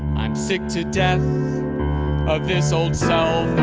i'm sick to death of this old cell